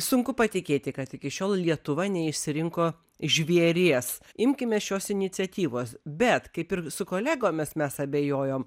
sunku patikėti kad iki šiol lietuva neišsirinko žvėries imkimės šios iniciatyvos bet kaip ir su kolegomis mes abejojom